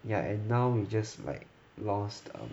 ya and now we just like lost um